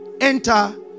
enter